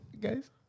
Guys